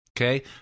okay